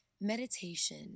Meditation